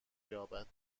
یابد